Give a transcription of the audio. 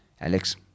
Alex